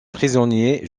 prisonnier